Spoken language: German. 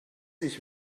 ich